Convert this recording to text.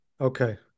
okay